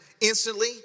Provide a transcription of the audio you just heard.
instantly